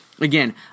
Again